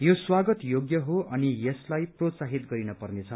यो स्वागत योग्य हो अनि यसलाई प्रोत्साहित गरिन पर्नेछ